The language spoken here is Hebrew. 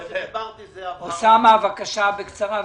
אוסמה, בבקשה בקצרה.